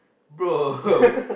bro